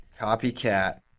Copycat